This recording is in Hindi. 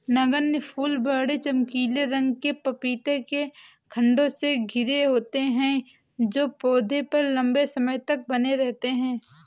नगण्य फूल बड़े, चमकीले रंग के पपीते के खण्डों से घिरे होते हैं जो पौधे पर लंबे समय तक बने रहते हैं